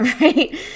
right